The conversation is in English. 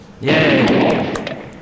Yay